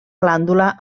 glàndula